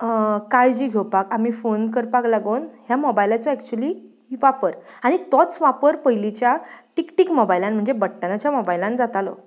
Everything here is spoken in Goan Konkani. काळजी घेवपाक आमी फोन करपाक लागोन ह्या मोबायलाचो एक्चुली वापर आनी तोच वापर पयलींच्या टीक टीक मोबायलान म्हणजे बट्टनाच्या मोबायलान जातालो